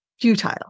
futile